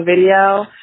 video